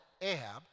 Ahab